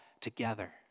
together